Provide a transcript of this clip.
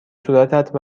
صورتت